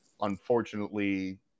unfortunately